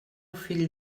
fill